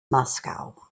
moscow